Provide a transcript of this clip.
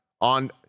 on